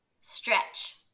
stretch